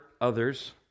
others